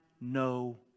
no